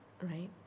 right